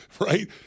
right